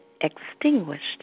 extinguished